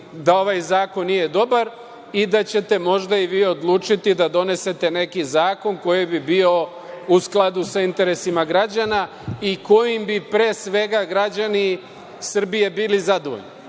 da ovaj zakon nije dobar i da ćete možda i vi odlučiti da donesete neki zakon koji bi bio u skladu sa interesima građana i kojim bi pre svega građani Srbije bili zadovoljni. Zato